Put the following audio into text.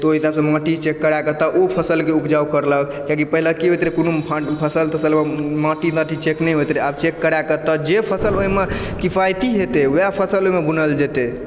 तऽ ओहि हिसाबसँ माँटी चेक करा कऽ तऽ ओ फसलके उपजाउ करलक किएकि पहिले कि होइत रहै कोनो फसल तसल माँटी टाँटी चेक नहि होइत रहै आब चेक करा कऽ तऽ जे फसल ओइ मऽ किफायती हेतै वए फसल ओइमे बुनल जेतै